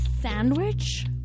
sandwich